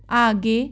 आगे